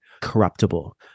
corruptible